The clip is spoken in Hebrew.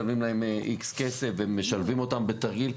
משלמים להם X כסף ומשלבים אותם בתרגיל,